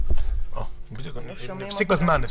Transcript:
--- הפסיק בזמן...